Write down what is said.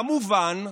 כמובן,